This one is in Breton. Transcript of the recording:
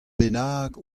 bennak